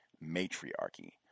matriarchy